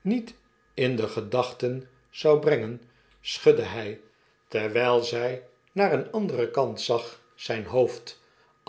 niet in de gedachten zou brengen schudde hy terwyl zy naar een anderen kant zag zyn hoofd